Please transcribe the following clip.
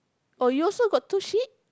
oh you also got two sheep